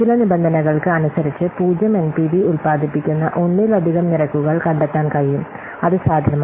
ചില നിബന്ധനകൾക്ക് അനുസരിച്ച് പൂജ്യം എൻപിവി ഉൽപാദിപ്പിക്കുന്ന ഒന്നിലധികം നിരക്കുകൾ കണ്ടെത്താൻ കഴിയും അത് സാധ്യമാണ്